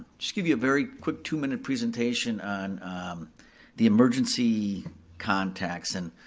just give you a very quick two-minute presentation on the emergency contacts, and